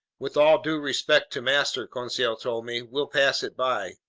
with all due respect to master, conseil told me, we'll pass it by.